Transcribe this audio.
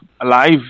alive